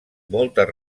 moltes